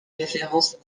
référence